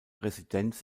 residenz